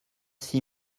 six